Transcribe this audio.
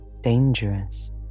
dangerous